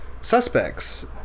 suspects